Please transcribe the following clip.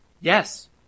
Yes